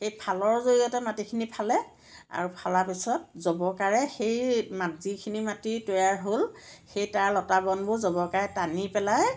এই ফালৰ জৰিয়তে মাটিখিনি ফালে আৰু ফলাৰ পিছত জবকাৰে সেই মাটি যিখিনি মাটি তৈয়াৰ হ'ল সেই তাৰ লতা বনবোৰ জবকাৰে টানি পেলায়